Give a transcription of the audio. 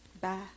Bye